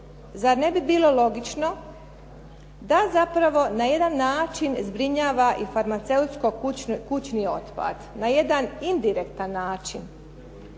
Zar ne bi bilo logično da zapravo na jedan način zbrinjava i farmaceutsko kućni otpad, na jedan indirektan način